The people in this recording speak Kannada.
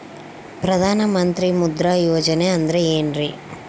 ಪ್ರಧಾನ ಮಂತ್ರಿ ಮುದ್ರಾ ಯೋಜನೆ ಅಂದ್ರೆ ಏನ್ರಿ?